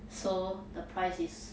so the price is